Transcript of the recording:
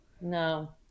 no